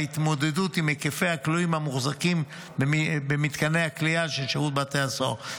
בהתמודדות עם היקפי הכלואים המוחזקים במתקני הכליאה של שירות בתי הסוהר.